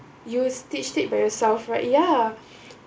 you stitched it by yourself right ya